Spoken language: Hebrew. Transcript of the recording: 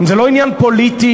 זה לא עניין פוליטי,